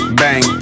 bang